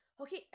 Okay